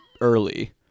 early